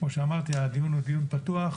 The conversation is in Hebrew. כמו שאמרתי, הדיון הוא דיון פתוח.